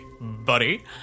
Buddy